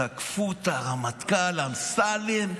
תקפו את הרמטכ"ל אמסלם,